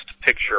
picture